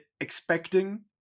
expecting